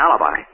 alibi